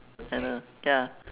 and uh ya